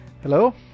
Hello